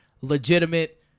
legitimate